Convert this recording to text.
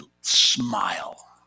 smile